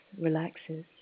relaxes